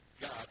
God